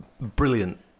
brilliant